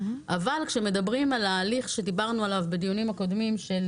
אבל כשמדברים על ההליך עליו דיברנו בדיונים הקודמים של